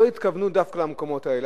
לא התכוונו דווקא למקומות האלה.